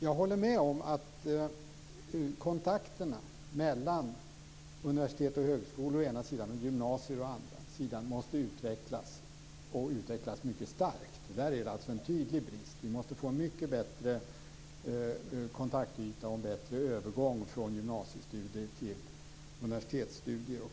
Jag håller med om att kontakterna mellan å ena sidan universitet och högskolor och å andra sidan gymnasier måste utvecklas mycket starkt. Där är det en tydlig brist. Vi måste få en mycket bättre kontaktyta och en bättre övergång från gymnasiestudier till universitetsstudier.